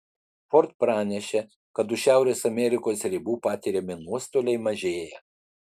ford pranešė kad už šiaurės amerikos ribų patiriami nuostoliai mažėja